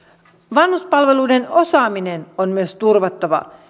vanhuspalveluiden osaaminen on myös turvattava